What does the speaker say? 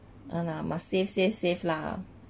en nah must save save save lah